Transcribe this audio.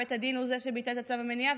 ובית הדין הוא שביטל את צו המניעה,